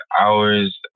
hours